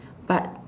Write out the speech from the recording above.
but